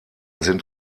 sind